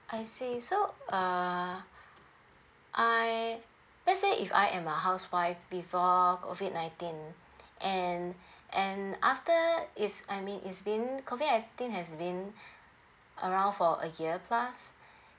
I see so uh I let's say if I am a housewife before COVID nineteen and and after is I mean it's been COVID nineteen has been around for a year plus